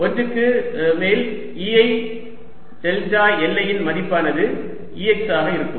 1 க்கு மேல் Ei delta li இன் மதிப்பானது Ex ஆக இருக்கும்